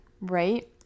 right